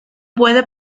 puede